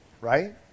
right